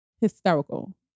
Hysterical